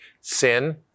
sin